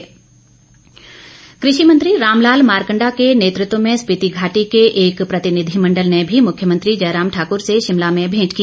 भेंट कृषि मंत्री राम लाल मारकंडा के नेतृत्व में स्पीति घाटी के एक प्रतिनिधिमंडल ने भी मुख्यमंत्री जयराम ठाक्र से शिमला में भेंट की